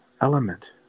element